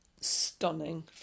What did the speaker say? stunning